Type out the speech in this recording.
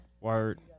word